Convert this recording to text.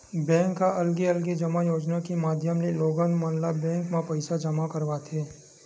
bank ह अलगे अलगे जमा योजना के माधियम ले लोगन मन ल बेंक म पइसा जमा करवाथे